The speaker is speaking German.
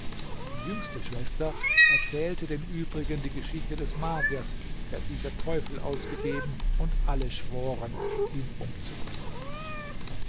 die jüngste schwester erzählte den übrigen die geschichte des magiers der sie für teufel ausgegeben und alle schworen ihn umzubringen